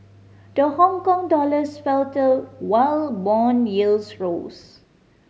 the Hongkong dollars faltered while bond yields rose